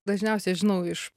dažniausia žinau iš